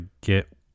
get